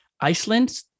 Iceland